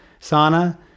sauna